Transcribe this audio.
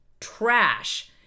trash